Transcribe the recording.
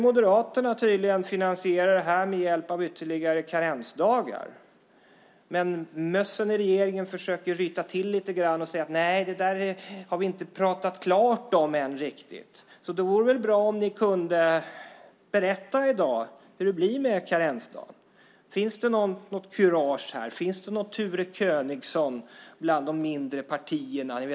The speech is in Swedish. Moderaterna vill tydligen finansiera detta med hjälp av ytterligare karensdagar, men mössen i regeringen försöker ryta till lite grann och säga att man inte riktigt har pratat klart om det ännu. Det vore väl bra om ni kunde berätta i dag hur det blir med karensdagen. Finns det något kurage här? Finns det någon Ture Königson i de mindre partierna?